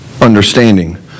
understanding